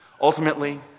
Ultimately